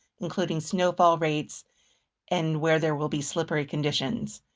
including snowfall rates and where there will be slippery conditions.